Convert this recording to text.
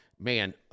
Man